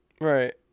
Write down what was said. Right